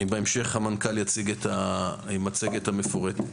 בהמשך המנכ"ל יציג את המצגת המפורטת.